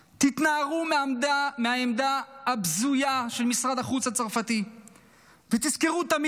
תתנערו מהעמדה הבזויה של משרד החוץ הצרפתי ותזכרו תמיד: